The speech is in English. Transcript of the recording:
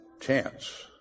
chance